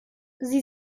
sie